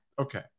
Okay